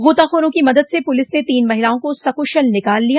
गोताखोरों की मदद से पुलिस ने तीन महिलाओं को सकुशल निकाल लिया